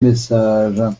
messages